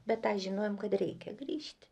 bet tą žinojom kad reikia grįžti